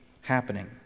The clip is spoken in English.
happening